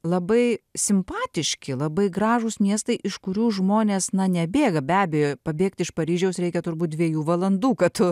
labai simpatiški labai gražūs miestai iš kurių žmonės na nebėga be abejo pabėgti iš paryžiaus reikia turbūt dviejų valandų kad tu